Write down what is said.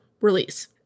release